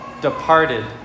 departed